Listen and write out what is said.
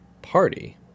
party